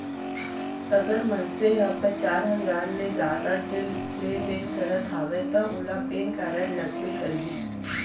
अगर मनसे ह पचार हजार ले जादा के लेन देन करत हवय तव ओला पेन कारड लगबे करही